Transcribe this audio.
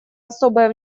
особое